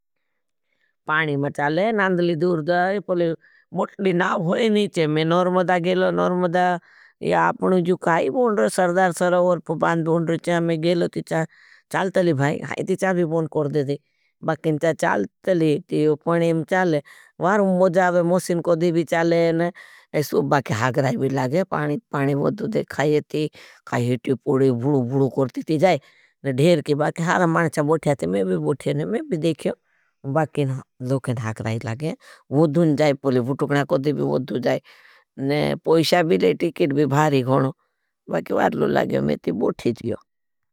पाणी में चाले, नांदली दूर जाए, मुटली नाव होई नीचे, मैं नौरमदा गेलो, नौरमदा आपने जो काई बोंड रहे हैं। सरदार सरवर्प बांड बोंड रहे हैं, मैं गेलो, तीछा चाल तली भाई, हाई तीछा भी बोंड कर देदे। बाकिन चाल तली थी, पाणी में चाले, वार मोजा आवे, मोसिन कोड़ी भी चाले, बाकिन हागराई भी लागे। पाणी बोंड रहे थी, खाये थी, काई हित्वी पोड़े, बुड़ू बुड़ू करती थी जाए, धेर की बाकिन, हारा मानचा बोठे थी। मैं भी बोठे बाकिन हागराई लागे, बुड़ून जाए पोले, भुटुकणा कदे भी बुद्धू जाए, ने पोईशा भी ले, टिकेट भी भारी होणो। बाकिन बारलो लागे, मैं ती बोठी जियो।